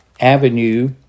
avenue